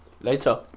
later